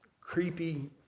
creepy